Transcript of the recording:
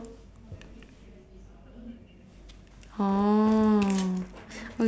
orh